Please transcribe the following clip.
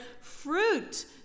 fruit